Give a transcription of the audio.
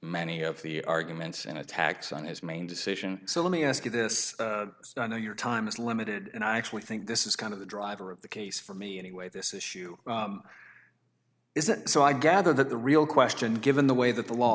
many of the arguments and attacks on his main decision so let me ask you this i know your time is limited and i actually think this is kind of the driver of the case for me anyway this issue is that so i gather that the real question given the way that the